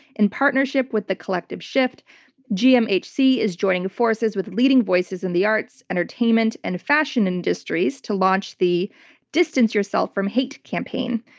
in partnership with thecollectiveshift, gmhc is joining forces with leading voices in the arts, entertainment and fashion industries to launch the distance yourself from hate campaign.